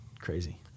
Crazy